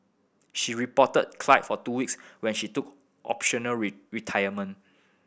she reportedly cried for two weeks when she took optional retirement